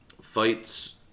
Fights